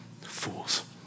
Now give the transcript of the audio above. Fools